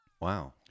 Wow